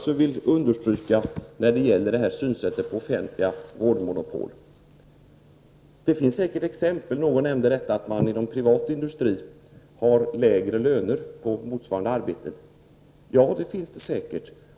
Så till sättet att se på offentliga vårdmonopol. Det finns säkert sådana exempel som någon här nämnde, nämligen att man inom privat industri har lägre löner för motsvarande arbete. Det förekommer säkert.